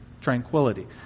tranquility